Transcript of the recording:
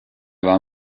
war